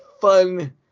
fun